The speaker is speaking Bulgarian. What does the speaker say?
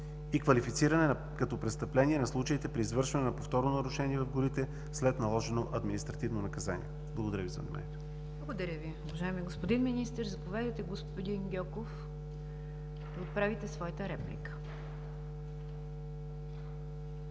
и квалифициране като престъпление на случаите при извършване на повторно нарушение в горите, след наложено административно наказание. Благодаря Ви, за вниманието. ПРЕДСЕДАТЕЛ НИГЯР ДЖАФЕР: Благодаря Ви, уважаеми господин Министър! Заповядайте, господин Гьоков, да направите своята реплика.